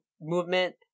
movement